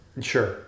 Sure